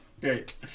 great